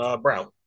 Brown